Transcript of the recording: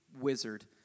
wizard